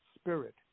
spirit